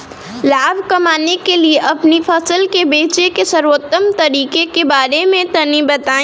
लाभ कमाने के लिए अपनी फसल के बेचे के सर्वोत्तम तरीके के बारे में तनी बताई?